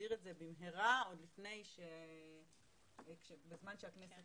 ושנעביר את זה במהרה עוד בזמן שהכנסת